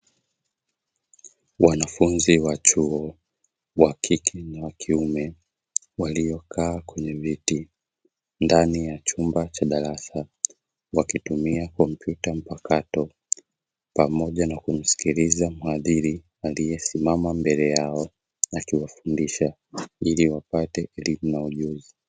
Wanafunzi wa chuo, wa kike na wa kiume, waliokaa kwenye viti ndani ya chumba cha darasa, wakitumia kompyuta mpakato pamoja na kumsikiliza mhadhiri aliyesimama mbele yao akiwafundisha, ili wapate elimu na ujuzi.